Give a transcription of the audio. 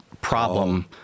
problem